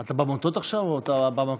אתה במטות עכשיו או שאתה במכות?